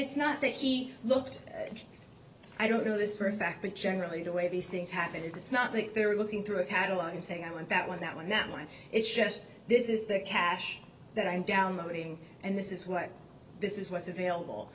it's not that he looked i don't know this for a fact but generally the way these things happened is it's not like they're looking through a catalog and saying i want that one that one that one it's just this is the cash that i'm downloading and this is what this is what's available